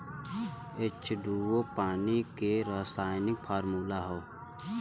H two O पानी के रासायनिक फार्मूला हौ